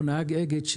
הוא